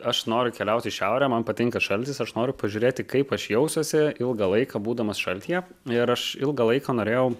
aš noriu keliauti į šiaurę man patinka šaltis aš noriu pažiūrėti kaip aš jausiuosi ilgą laiką būdamas šaltyje ir aš ilgą laiką norėjau